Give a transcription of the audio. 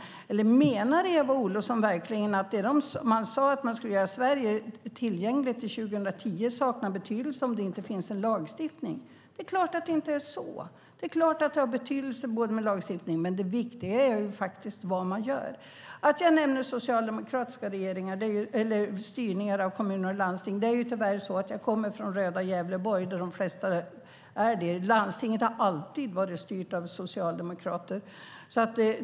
Menar Eva Olofsson att uttalandena om att göra Sverige tillgängligt till 2010 saknar betydelse om det inte finns en lagstiftning? Det är klart att det inte är så. Det är klart att det har betydelse med en lagstiftning, men det viktiga är vad man gör. Att jag nämner socialdemokratiskt styrda kommuner och landsting beror på att jag tyvärr kommer från röda Gävleborg där de flesta kommuner är socialdemokratiskt styrda. Landstinget har alltid varit styrt av socialdemokrater.